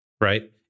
right